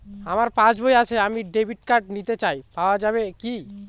আমার পাসবই আছে আমি ডেবিট কার্ড নিতে চাই পাওয়া যাবে কি?